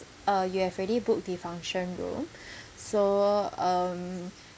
uh you have already booked the function room so um